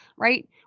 Right